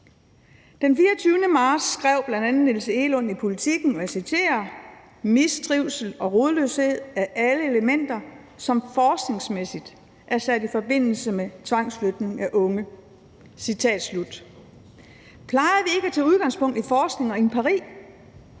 Den 24. marts skrev bl.a. Niels Egelund i Politiken: »Mistrivsel og rodløshed er alle elementer, som forskningsmæssigt er sat i forbindelse med tvangsflytning af unge.« Plejer vi ikke at tage udgangspunkt i forskning og empiri?